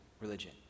religion